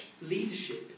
leadership